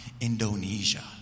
Indonesia